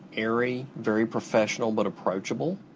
airy, very professional but approachable.